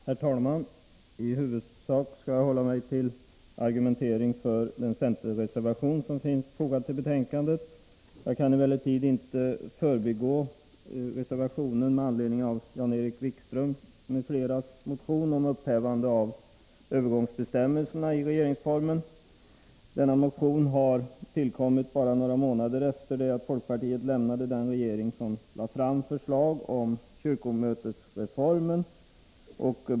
Herr talman! I huvudsak skall jag hålla mig till argumenteringen för den centerreservation som finns fogad till betänkandet. Jag kan emellertid inte förbigå reservationen med anledning av Jan-Erik Wikströms m.fl. motion om upphävande av övergångsbestämmelserna i regeringsformen. Denna motion tillkom bara några månader efter det att folkpartiet lämnade den regering som lade fram förslag om kyrkomötesreformen.